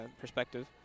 perspective